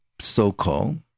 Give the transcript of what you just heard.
so-called